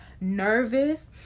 nervous